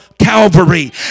Calvary